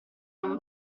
non